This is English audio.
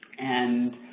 and,